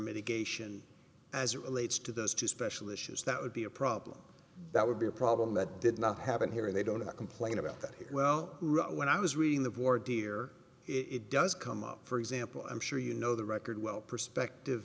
mitigation as it relates to those two special issues that would be a problem that would be a problem that did not happen here and they don't complain about that well when i was reading the board dear it does come up for example i'm sure you know the record well perspective